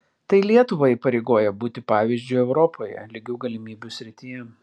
tai lietuvą įpareigoja būti pavyzdžiu europoje lygių galimybių srityje